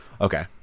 Okay